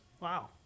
Wow